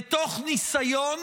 ותוך ניסיון